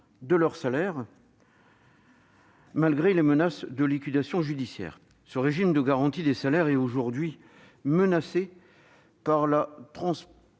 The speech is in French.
de leur salaire, malgré les menaces de liquidation judiciaire. Ce régime de garantie est aujourd'hui menacé par la transposition